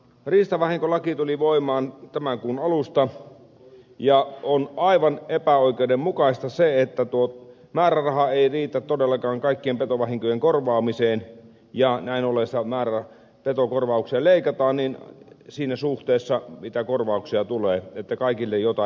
riistavahinkolaki tuli voimaan tämän kuun alusta ja on aivan epäoikeudenmukaista se että määräraha ei riitä todellakaan kaikkien petovahinkojen korvaamiseen ja näin ollen määrärahaa petokorvauksiin leikataan siinä suhteessa mitä korvauksia tulee että kaikille jotain riittäisi